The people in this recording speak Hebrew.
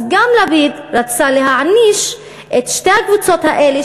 אז גם לפיד רצה להעניש את שתי הקבוצות האלה,